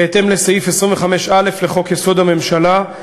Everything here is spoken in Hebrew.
בהתאם לסעיף 25(א) לחוק-יסוד: הממשלה,